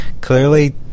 clearly